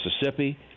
Mississippi